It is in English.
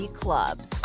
clubs